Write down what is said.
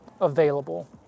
available